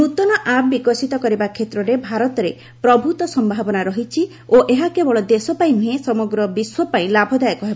ନୂତନ ଆପ୍ ବିକଶିତ କରିବା କ୍ଷେତ୍ରରେ ଭାରତରେ ପ୍ରଭୂତ ସମ୍ଭାବନା ରହିଛି ଓ ଏହା କେବଳ ଦେଶ ପାଇଁ ନୁହେଁ ସମଗ୍ର ବିଶ୍ୱପାଇଁ ଲାଭଦାୟକ ହେବ